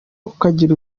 ukagira